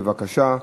בבקשה.